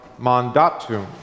Mandatum